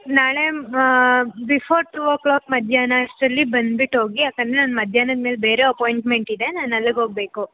ನಾಳೆ before two o'clock ಮಧ್ಯಾಹ್ನ ಅಷ್ಟರಲ್ಲಿ ಬಂದ್ಬಿಟ್ ಹೋಗಿ ಯಾಕೆಂದ್ರೆ ನಾನು ಮಧ್ಯಾಹ್ನದ ಮೇಲೆ ಬೇರೆ ಅಪಾಯಿಂಟ್ಮೆಟ್ ಇದೆ ನಾನು ಅಲ್ಲಿಗೆ ಹೋಗ್ಬೇಕು